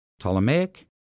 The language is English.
Ptolemaic